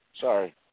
Sorry